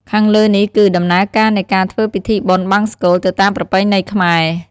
ខាងលើនេះគឺ ដំណើរការនៃការធ្វើពិធីបុណ្យបង្សុកូល ទៅតាមប្រពៃណីខ្មែរ។